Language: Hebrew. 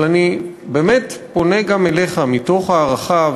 אבל אני באמת פונה גם אליך מתוך הערכה,